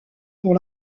pour